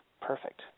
perfect